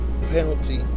penalty